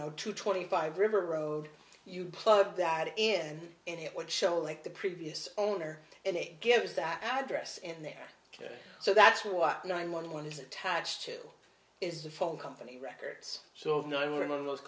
know two twenty five river road you plug that in and it would show like the previous owner and it gives that address in there ok so that's what nine one one is attached to is the phone company records so no one was